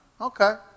okay